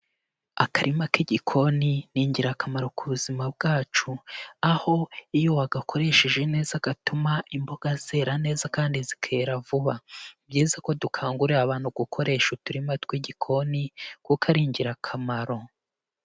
Akarima k'igikoni ni ingirakamaro ku buzima bwacu, aho iyo wagakoresheje neza gatuma imboga zera neza kandi zikera vuba. Byiza ko dukangurira abantu gukoresha uturima tw'igikoni kuko ari ingirakamaro.